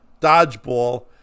Dodgeball